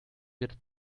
wird